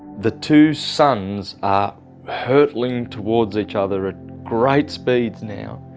the two suns are hurtling towards each other at great speeds now,